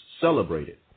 celebrated